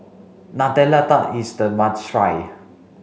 Nutella tart is a must try